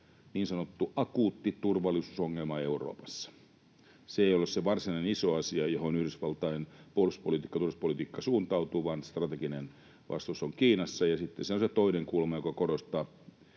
niin sanottu akuutti turvallisuusongelma Euroopassa. Se ei ole se varsinainen iso asia, johon Yhdysvaltain puolustuspolitiikka, talouspolitiikka suuntautuu, vaan strateginen vastus on Kiinassa, ja sitten se on se toinen kulma, joka korostaa